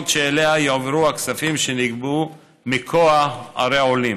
שאליה יועברו הכספים שנגבו מכוח ערי עולים.